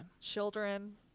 Children